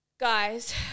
guys